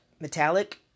metallic